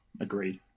agreed